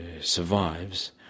survives